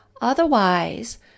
Otherwise